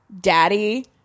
daddy